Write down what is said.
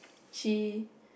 she